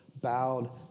bowed